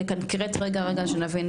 רק שנבין,